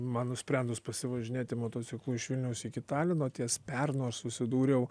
man nusprendus pasivažinėti motociklu iš vilniaus iki talino ties pernu aš susidūriau